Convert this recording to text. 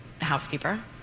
housekeeper